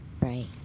right